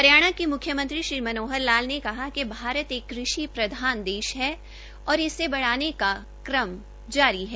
हरियाणा के म्ख्यमंत्री श्री मनोहर लाल ने कहा है कि एक कृषि प्रधान देश है और इसे बढ़ाने का क्रम जारी है